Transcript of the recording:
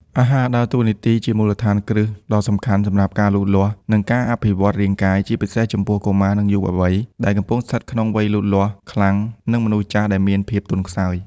អាហារដើរតួនាទីជាមូលដ្ឋានគ្រឹះដ៏សំខាន់សម្រាប់ការលូតលាស់ និងការអភិវឌ្ឍរាងកាយ ជាពិសេសចំពោះ កុមារ និងយុវវ័យ ដែលកំពុងស្ថិតក្នុងវ័យលូតលាស់ខ្លាំងនិងមនុស្សចាស់ដែលមានភាពទន់ខ្សោយ។